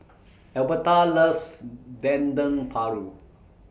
Albertha loves Dendeng Paru